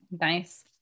Nice